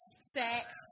sex